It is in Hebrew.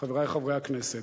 חברי חברי הכנסת,